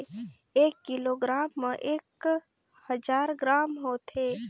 एक किलोग्राम म एक हजार ग्राम होथे